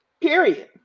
Period